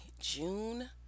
June